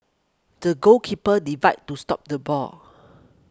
the goalkeeper divide to stop the ball